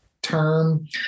term